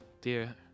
Dear